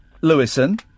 Lewison